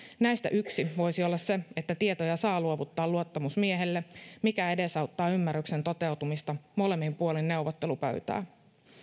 näistä yksi voisi olla se että tietoja saa luovuttaa luottamusmiehelle mikä edesauttaa ymmärryksen toteutumista molemmin puolin neuvottelupöytää